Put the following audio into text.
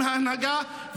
עם ההנהגה,